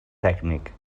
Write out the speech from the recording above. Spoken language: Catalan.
tècnic